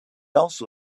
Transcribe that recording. also